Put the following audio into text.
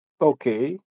okay